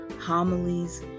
homilies